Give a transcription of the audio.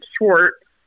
Schwartz